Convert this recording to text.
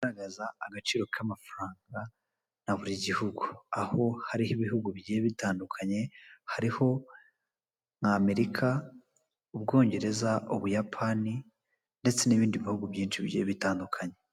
Baragaragaza agaciro k'amafaranga na buri gihugu, aho hariho ibihugu bigiye bitandukanye hariho, Amerika, Ubwongereza, Ubuyapani ndetse n'ibindi bihugu byinshi bigiye bitandukanye.